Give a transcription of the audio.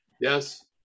yes